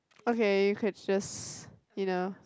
okay you could just you know